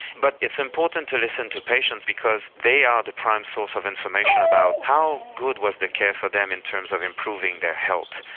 but it's important to listen to patients because they are the prime source of information about how good was the care for them in terms of improving their health.